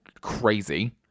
crazy